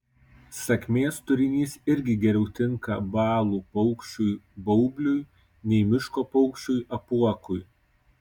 sakmės turinys irgi geriau tinka balų paukščiui baubliui nei miško paukščiui apuokui